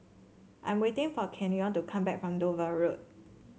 I am waiting for Kenyon to come back from Dover Road